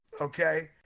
okay